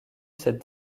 cette